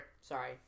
sorry